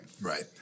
right